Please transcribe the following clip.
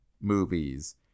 movies